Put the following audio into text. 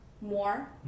more